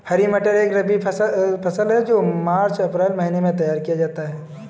हरी मटर एक रबी फसल है जो मार्च अप्रैल महिने में तैयार किया जाता है